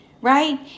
right